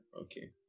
okay